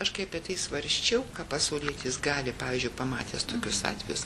aš kai apie tai svarsčiau ką pasaulietis gali pavyzdžiui pamatęs tokius atvejus